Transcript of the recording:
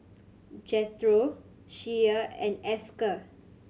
Jethro Shea and Esker